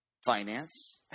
finance